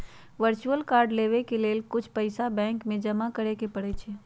virtual card लेबेय के लेल कुछ पइसा बैंक में जमा करेके परै छै